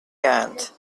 guns